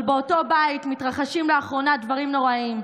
אבל באותו בית מתרחשים לאחרונה דברים נוראיים.